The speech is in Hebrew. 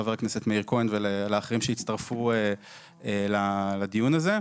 לחבר הכנסת מאיר כהן ולאחרים שהצטרפו לדיון הזה.